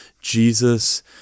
Jesus